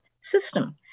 system